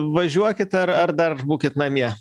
važiuokit ar ar dar būkit namie